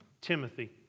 Timothy